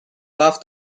love